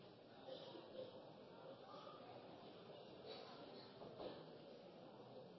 jeg glad for at det